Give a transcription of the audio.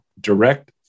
direct